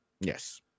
Yes